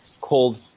called